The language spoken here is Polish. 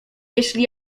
jeśli